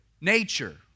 Nature